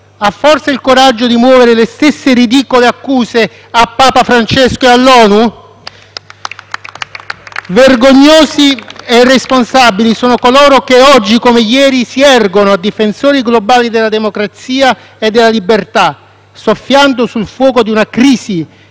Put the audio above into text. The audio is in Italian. ha forse il coraggio di muovere le stesse ridicole accuse a Papa Francesco e all'ONU? *(Applausi dal Gruppo M5S)*. Vergognosi e irresponsabili sono coloro che, oggi come ieri, si ergono a difensori globali della democrazia e della libertà, soffiando sul fuoco di una crisi